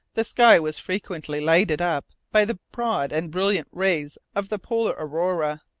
the sky was frequently lighted up by the broad and brilliant rays of the polar aurora.